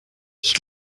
ich